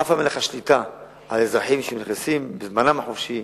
אף פעם אין לך שליטה על אזרחים שנכנסים בזמנם החופשי,